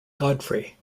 godfrey